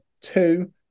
two